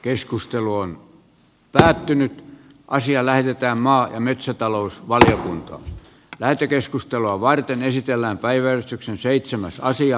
keskustelu on päättynyt ja asia lähetetään kehittyä ja metsätalousvaliokunta lähetekeskustelua varten esitellään päiväystyksen seitsemän parantua